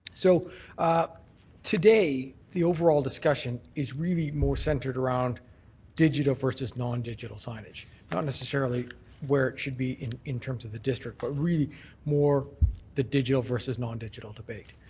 so today the overall discussion is really more centred around digital versus nondigital signage, not necessarily where it should be in in terms of the district but really the digital versus nondigital debate.